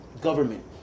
government